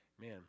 Man